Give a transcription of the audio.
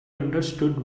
understood